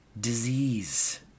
disease